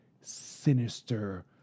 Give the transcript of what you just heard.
sinister